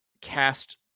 cast